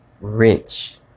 rich